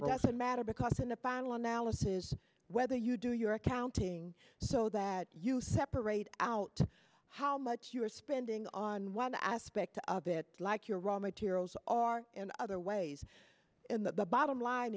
it doesn't matter because in the final analysis whether you do your accounting so that you separate out how much you are spending on one aspect of it like your raw materials are in other ways the bottom line